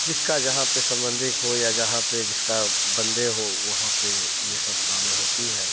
जिसका जहाँ पे संबंधी हो या जहाँ पे जिसका बंदे हो वहाँ पे ये सब कामें होती है